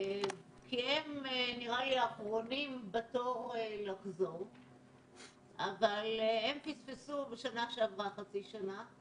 הם האחרונים בתור לחזור אבל הם פספסו בשנה שעברה חצי שנה,